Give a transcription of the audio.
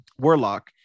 Warlock